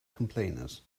complainers